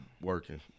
working